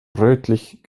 rötlich